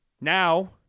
now